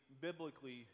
biblically